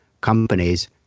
companies